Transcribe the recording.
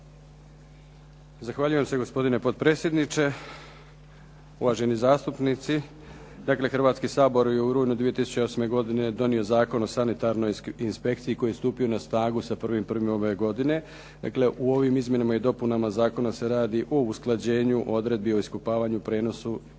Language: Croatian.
Zahvaljujem se gospodine potpredsjedniče, uvaženi zastupnici. Dakle, Hrvatski sabor je u rujnu 2008. godine donio Zakon o sanitarnoj inspekciji koji je stupio na snagu sa 1.1. ove godine, dakle u ovim izmjenama i dopunama zakona se radi o usklađenju odredbe o iskopavanju, prijenosu